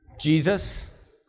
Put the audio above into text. Jesus